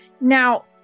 now